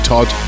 Todd